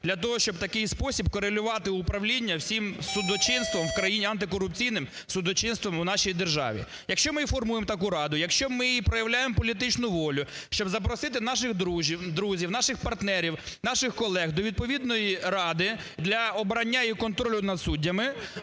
для того, щоб в такий спосіб корелювати управління всім судочинством в країні, антикорупційним судочинством в нашій державі. Якщо ми і формуємо таку раду, якщо ми проявляємо політичну волю, щоб запросити наших друзів, наших партнерів, наших колег до відповідної ради для обрання і контролю над суддями,